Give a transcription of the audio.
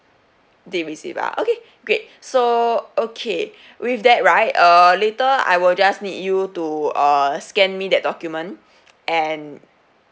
did receive ah okay great so okay with that right err later I will just need you to uh scan me that document and